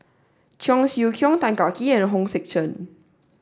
Cheong Siew Keong Tan Kah Kee and Hong Sek Chern